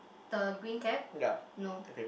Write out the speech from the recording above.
the green cap no